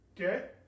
Okay